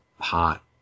hot